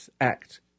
act